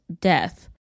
death